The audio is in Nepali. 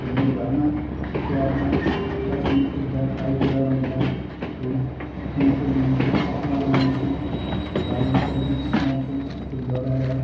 हाम्रो घरमा तिहारमा लक्ष्मी पुज्दा भाइटिका लगाउँदा फुल थुँगे फुल ल्याउँछु मखमली लाउँछु घर वरिपरि पनि सिगार्छौँ फुल लगाएर